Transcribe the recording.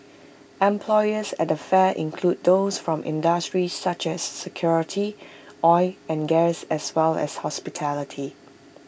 employers at the fair include those from industries such as security oil and gas as well as hospitality